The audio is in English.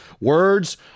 Words